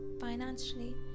financially